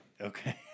Okay